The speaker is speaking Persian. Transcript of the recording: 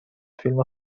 فیلم